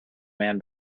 man